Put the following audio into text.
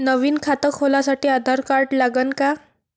नवीन खात खोलासाठी आधार कार्ड लागन का?